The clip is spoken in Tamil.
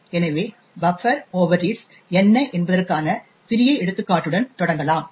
எனவே பஃப்பர் ஓவர்ரீட்ஸ் என்ன என்பதற்கான சிறிய எடுத்துக்காட்டுடன் தொடங்கலாம்